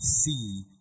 See